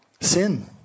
sin